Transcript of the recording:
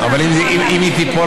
אבל אם היא תיפול,